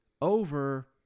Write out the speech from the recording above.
over